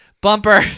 Bumper